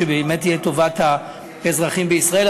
שבאמת יהיה לטובת האזרחים בישראל.